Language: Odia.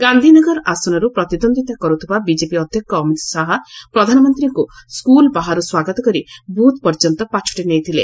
ଗାନ୍ଧୀନଗର ଆସନରୁ ପ୍ରତିଦ୍ୱନ୍ଦ୍ୱିତା କରୁଥିବା ବିଜେପି ଅଧ୍ୟକ୍ଷ ଅମିତ ଶାହା ପ୍ରଧାନମନ୍ତ୍ରୀଙ୍କୁ ସ୍କୁଲ ବାହାରୁ ସ୍ୱାଗତ କରି ବୁଥ୍ ପର୍ଯ୍ୟନ୍ତ ପାଛୋଟି ନେଇଥିଲେ